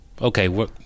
okay